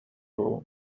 all